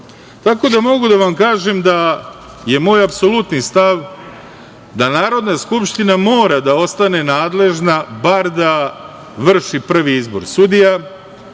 Tako da mogu da vam kažem da je moj apsolutni stav da Narodna skupština mora da ostane nadležna bar da vrši prvi izbor sudija,